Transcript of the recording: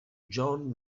john